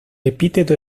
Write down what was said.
epíteto